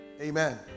Amen